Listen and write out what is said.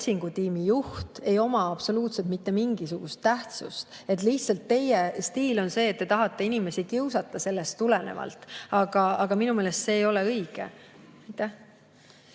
otsingutiimi juht, ei oma absoluutselt mitte mingisugust tähtsust. Lihtsalt teie stiil on selline, et te tahate inimesi kiusata sellest tulenevalt, aga minu meelest see ei ole õige.